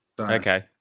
Okay